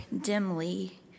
dimly